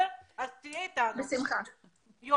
היה